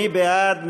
מי בעד?